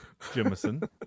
jemison